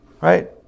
right